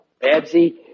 Babsy